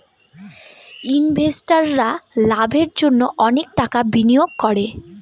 ইনভেস্টাররা লাভের জন্য অনেক টাকা বিনিয়োগ করে